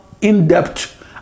in-depth